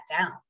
down